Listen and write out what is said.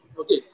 Okay